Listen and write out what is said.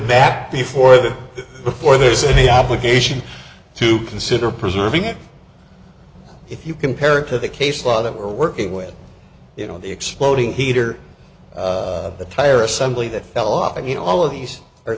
back before that before there's any obligation to consider preserving it if you compare to the case law that we're working with you know the exploding heat or the tire assembly that fell off i mean all of these are